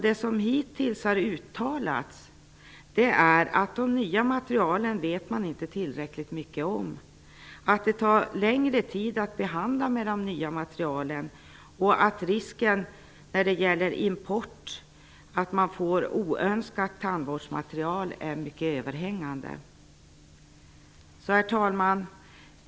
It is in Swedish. Det som hittills har uttalats är att man inte vet tillräckligt mycket om de nya materialen, att det tar längre tid att behandla med de nya materialen och att risken för att man importerar oönskat tandvårdsmaterial är mycket överhängande. Herr talman!